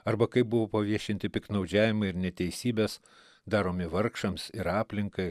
arba kaip buvo paviešinti piktnaudžiavimai ir neteisybės daromi vargšams ir aplinkai